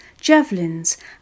javelins